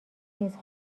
نیست